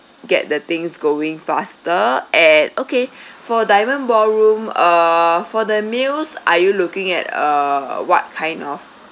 get the things going faster and okay for diamond ballroom uh for the meals are you looking at uh what kind of